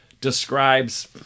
describes